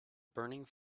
burning